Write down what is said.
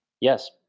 Yes